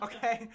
Okay